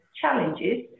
challenges